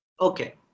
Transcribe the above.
Okay